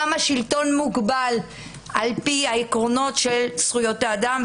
גם השלטון מוגבל על פי העקרונות של זכויות האדם.